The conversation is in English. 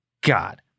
God